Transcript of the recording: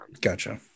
Gotcha